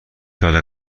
سال